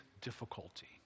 difficulty